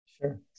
Sure